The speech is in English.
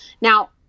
Now